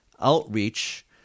outreach